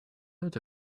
heard